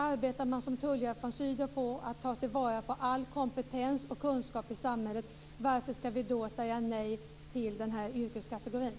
Arbetar man, som Tullia von Sydow gör, på att ta till vara all kompetens och kunskap i samhället, varför då säga nej till den här yrkeskategorin?